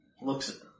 looks